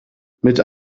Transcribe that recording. mit